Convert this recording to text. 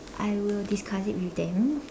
I will discuss it with them